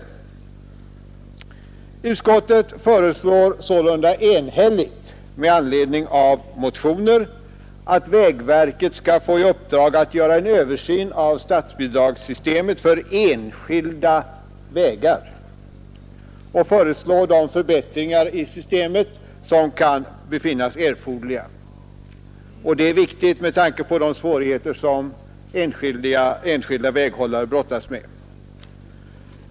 Utskottet föreslår sålunda enhälligt med anledning av motioner att vägverket skall få i uppdrag att göra en översyn av statsbidragssystemet för enskilda vägar och föreslå de förbättringar i detta system som kan befinnas erforderliga. Detta är viktigt med tanke på de svårigheter som enskilda väghållare brottas med.